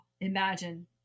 imagine